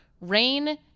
rain